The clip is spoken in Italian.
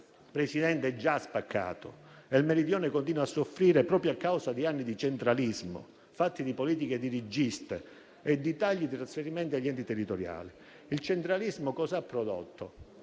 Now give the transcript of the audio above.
il Paese è già spaccato e il Meridione continua a soffrire proprio a causa di anni di centralismo, fatti di politiche dirigiste e di tagli dei trasferimenti agli enti territoriali. Il centralismo ha prodotto